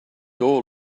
door